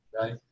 right